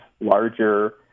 larger